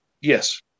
Yes